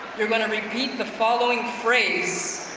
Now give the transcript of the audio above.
you're gonna repeat the following phrase,